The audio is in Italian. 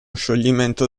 scioglimento